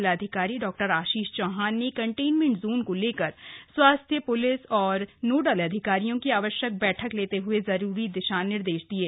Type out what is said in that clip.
जिलाधिकारी डॉ आशीष चौहान ने कंटेनमेंट जोन को लेकर स्वास्थ्य पृलिस और नोडल अधिकारियों की आवश्यक बैठक लेते हये जरूरी दिशा निर्देश दिये